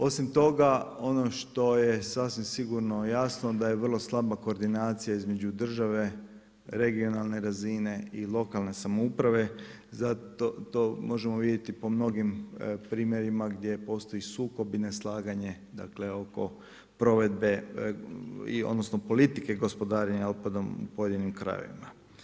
Osim toga ono što je sasvim sigurno jasno da je vrlo slaba koordinacija između države, regionalne razine i lokalne samouprave zato to možemo vidjeti po mnogim primjerima gdje postoji sukob i neslaganje dakle oko provedbe i odnosno politike gospodarenja otpadom u pojedinim krajevima.